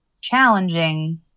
challenging